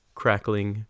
crackling